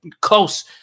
close